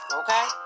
okay